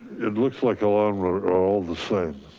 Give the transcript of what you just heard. it looks like along, are all the same.